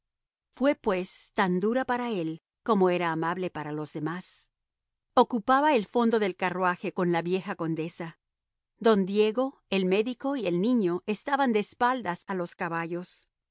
fue pues tan dura para él como era amable para los demás ocupaba el fondo del carruaje con la vieja condesa don diego el médico y el niño estaban de espaldas a los caballos